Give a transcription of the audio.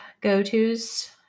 go-tos